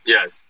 Yes